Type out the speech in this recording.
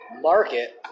market